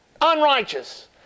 Unrighteous